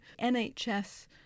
NHS